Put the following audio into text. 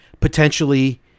potentially